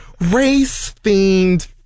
Race-themed